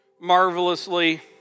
marvelously